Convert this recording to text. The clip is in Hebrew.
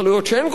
שאין כל כך,